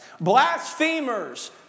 Blasphemers